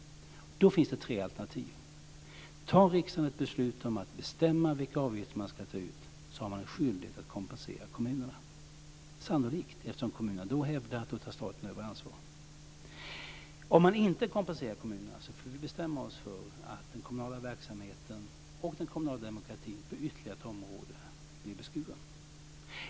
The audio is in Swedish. Då finns det tre alternativ. Om riksdagen fattar ett beslut om att bestämma vilka avgifter som ska tas ut, har man sannolikt en skyldighet att kompensera kommunerna, eftersom kommunerna då kan hävda att staten tar över ansvaret. Om man inte kompenserar kommunerna får vi bestämma oss för att den kommunala verksamheten och den kommunala demokratin blir beskuren på ytterligare ett område.